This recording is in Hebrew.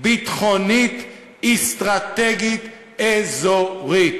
ביטחונית אסטרטגית אזורית,